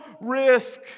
risk